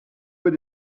with